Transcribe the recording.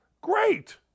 great